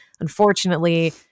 Unfortunately